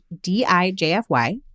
D-I-J-F-Y